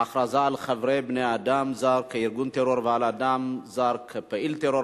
(הכרזה על חבר בני-אדם זר כארגון טרור ועל אדם זר כפעיל טרור),